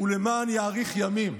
"למען יאריך ימים".